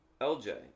LJ